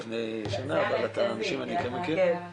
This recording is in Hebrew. אבל את האנשים אני כן מכיר.